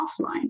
offline